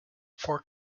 for